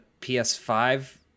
PS5